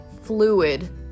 fluid